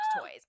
toys